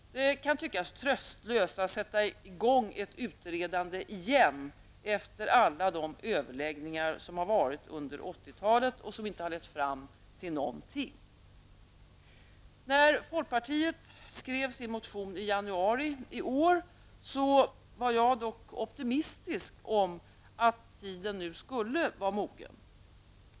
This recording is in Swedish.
Det kan tyckas tröstlöst att sätta i gång ett utredningsarbete igen efter alla de överläggningar som har förekommit under 80-talet och som inte lett till någonting. När folkpartiet skrev sin motion i januari i år var jag dock optimistisk om att tiden nu skulle vara mogen.